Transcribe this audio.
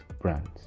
brands